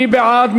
מי בעד?